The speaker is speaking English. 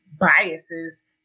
biases